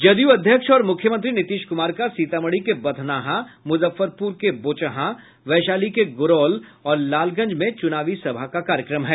जदयू अध्यक्ष और मुख्यमंत्री नीतीश कुमार का सीतामढ़ी के बथनाहा मुजफ्फरपुर के बोचहां वैशाली के गोरोल और लालगंज में चुनावी सभा का कार्यक्रम है